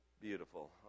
beautiful